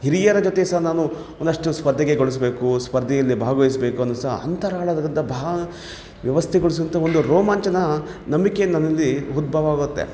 ಹಿರಿಯರ ಜೊತೆ ಸಹ ನಾನು ಒಂದಷ್ಟು ಸ್ಪರ್ಧೆಗೆ ಗೊಳಿಸ್ಬೇಕು ಸ್ಪರ್ಧೆಯಲ್ಲಿ ಭಾಗವಹಿಸ್ಬೇಕು ಅಂದರೂ ಸಹ ಅಂತರಾಳದಲ್ಲಿರತಕ್ಕಂಥ ಭಾ ವ್ಯವಸ್ಥೆಗೊಳಿಸಿದಂಥ ಒಂದು ರೋಮಾಂಚನ ನಂಬಿಕೆ ನನ್ನಲ್ಲಿ ಉದ್ಭವವಾಗತ್ತೆ